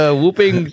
whooping